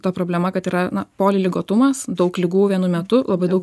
ta problema kad yra na poliligotumas daug ligų vienu metu labai daug